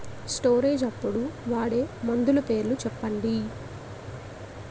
Storage అప్పుడు వాడే మందులు పేర్లు చెప్పండీ?